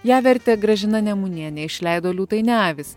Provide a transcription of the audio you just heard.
ją vertė gražina nemunienė išleido liūtai ne avys